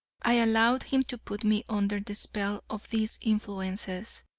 i allowed him to put me under the spell of these influences,